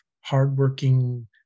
hardworking